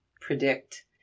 predict